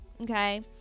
Okay